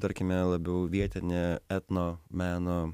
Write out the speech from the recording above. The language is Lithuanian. tarkime labiau vietinė etno meno